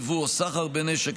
יבוא או סחר בנשק,